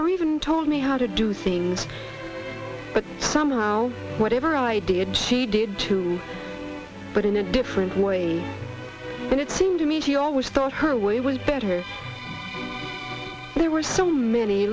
early even told me how to do things but somehow whatever i did she did too but in a different way and it seemed to me she always thought her way was better there were so many